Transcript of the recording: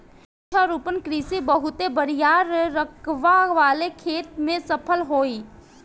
वृक्षारोपण कृषि बहुत बड़ियार रकबा वाले खेत में सफल होई